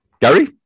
Gary